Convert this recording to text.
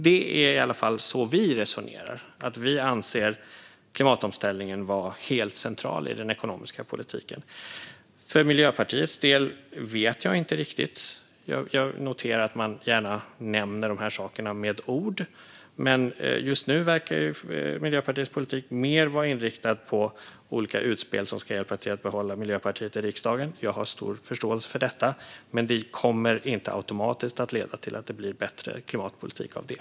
Det är i alla fall så vi resonerar: Vi anser klimatomställning vara helt central i den ekonomiska politiken. För Miljöpartiets del vet jag inte riktigt. Jag noterar att man gärna nämner dessa saker med ord, men just nu verkar Miljöpartiets politik mer vara inriktad på olika utspel som ska hjälpa till att hålla Miljöpartiet kvar i riksdagen. Jag har stor förståelse för detta. Men det blir inte automatiskt bättre klimatpolitik av det.